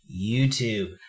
youtube